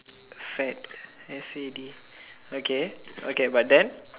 sad S_A_D okay okay but then